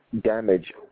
damage